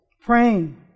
Praying